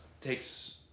takes